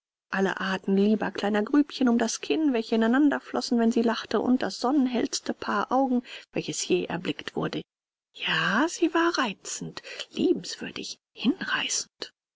alle arten lieber kleiner grübchen um das kinn welche ineinander flossen wenn sie lachte und das sonnenhellste paar augen welches je erblickt wurde ja sie war reizend liebenswürdig hinreißend